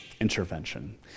intervention